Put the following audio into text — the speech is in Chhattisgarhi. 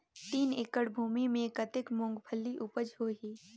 तीन एकड़ भूमि मे कतेक मुंगफली उपज होही?